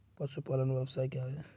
पशुपालन व्यवसाय क्या है?